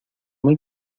muy